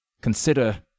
Consider